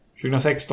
2016